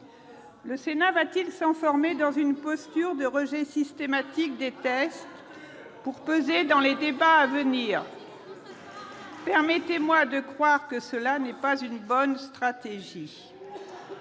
Le Sénat va-t-il s'enfermer dans une posture de rejet systématique des textes pour « peser » dans les débats à venir ? Permettez-moi de croire que cela n'est pas une bonne stratégie